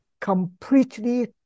completely